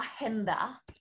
agenda